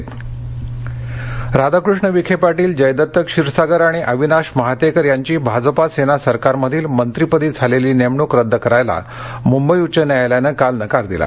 उच्च न्यायालय राधाकृष्ण विखेपार्शिल जयदत्त क्षीरसागर आणि अविनाश महातेकर यांची भाजपा सेना सरकारमधील मंत्रीपदी झालेली नेमणूक रद्द करायला मुंबई उच्च न्यायालयानं काल नकार दिला